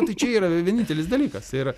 tai čia yra vienintelis dalykas tai yra